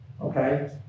okay